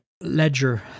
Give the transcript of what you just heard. ledger